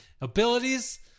abilities